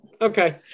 Okay